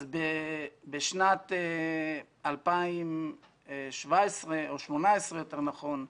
בשנת 2017 או יותר נכון 2018,